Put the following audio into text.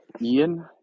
Ian